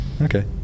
Okay